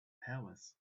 palace